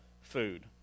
food